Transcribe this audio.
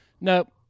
nope